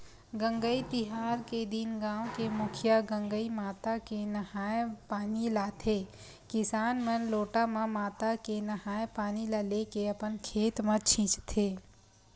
गंगई तिहार के दिन गाँव के मुखिया गंगई माता के नंहाय पानी लाथे किसान मन लोटा म माता के नंहाय पानी ल लेके अपन खेत म छींचथे